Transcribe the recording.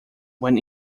when